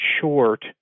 short